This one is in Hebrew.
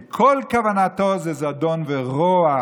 כי כל כוונתו זה זדון ורוע.